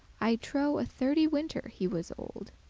i trow a thirty winter he was old,